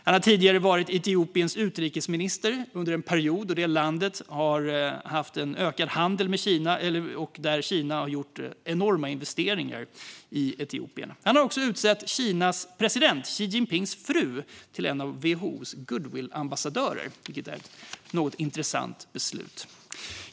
Han var tidigare Etiopiens utrikesminister under en period då landet haft en ökad handel med Kina och då Kina gjort enorma investeringar i Etiopien. Han har också utsett Kinas president Xi Jinpings fru till en av WHO:s goodwillambassadörer, vilket är ett något intressant beslut.